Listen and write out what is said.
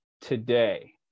today